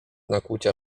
nakłucia